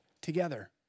together